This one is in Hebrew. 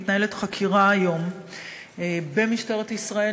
מתנהלת חקירה היום במשטרת ישראל,